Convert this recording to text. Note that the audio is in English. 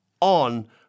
on